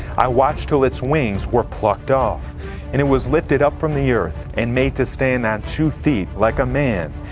i watched till its wings were plucked off and it was lifted up from the earth and made to stand on two feet like a man,